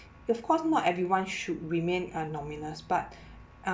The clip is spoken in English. of course not everyone should remain but uh